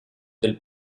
del